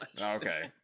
Okay